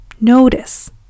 Notice